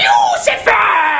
Lucifer